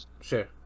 Sure